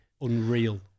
unreal